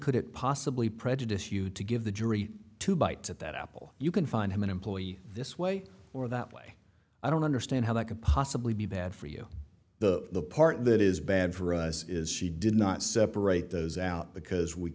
could it possibly prejudice you to give the jury two bites at that apple you can find him an employee this way or that way i don't understand how that could possibly be bad for you the part that is bad for us is she did not separate those out because we